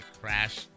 crash